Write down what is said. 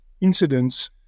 incidents